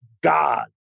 god